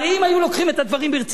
הרי אם הם היו לוקחים את הדברים ברצינות,